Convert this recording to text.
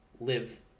live